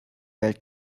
welt